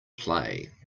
play